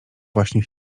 właśnie